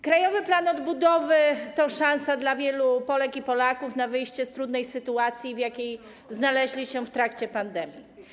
Krajowy Plan Odbudowy to szansa dla wielu Polek i Polaków na wyjście z trudnej sytuacji, w jakiej znaleźli się w trakcie pandemii.